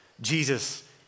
Jesus